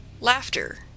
laughter